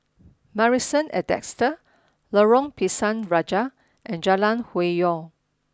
Marrison at Desker Lorong Pisang Raja and Jalan Hwi Yoh